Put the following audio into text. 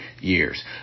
years